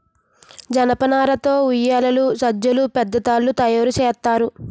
జనపనార తో ఉయ్యేలలు సజ్జలు పెద్ద తాళ్లు తయేరు సేత్తారు